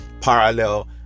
parallel